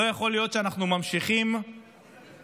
לא יכול להיות שאנחנו ממשיכים לחטוף